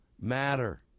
Matter